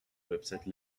website